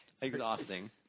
Exhausting